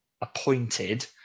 appointed